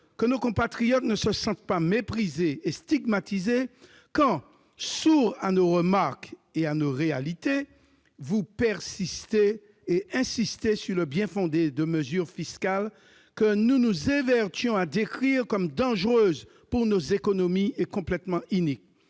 que nos compatriotes ne se sentent pas méprisés et stigmatisés quand, sourds à nos remarques et aveugles à nos réalités, vous insistez sur le bien-fondé de mesures fiscales que nous nous évertuons à décrire comme dangereuses pour nos économies et complètement iniques